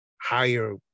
higher